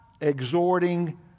exhorting